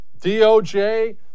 DOJ